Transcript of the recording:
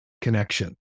connection